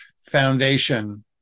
foundation